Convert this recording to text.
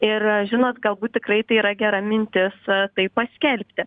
ir žinot galbūt tikrai tai yra gera mintis tai paskelbti